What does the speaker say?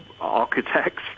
architects